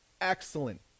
Excellent